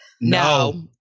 No